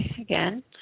again